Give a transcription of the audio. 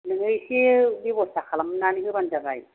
नोङो एसे बेब'स्था खालामनानै होबानो जाबाय